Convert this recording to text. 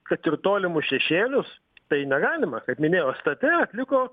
kad ir tolimus šešėlius tai negalima kaip minėjau stt atliko